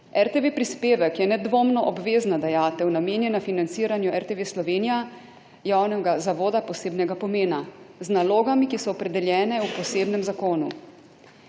RTV prispevek je nedvomno obvezna dajatev, namenjena financiranju RTV Slovenija, javnega zavoda posebnega pomena z nalogami, ki so opredeljene v posebnem zakonu.